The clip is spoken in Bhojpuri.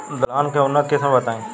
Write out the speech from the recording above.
दलहन के उन्नत किस्म बताई?